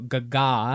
Gaga